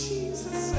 Jesus